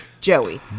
Joey